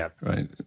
Right